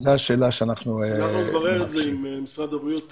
אנחנו נברר את זה עם משרד הבריאות תיכף.